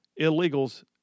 illegals